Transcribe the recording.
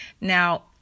Now